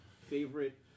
favorite